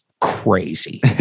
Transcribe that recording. crazy